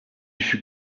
fut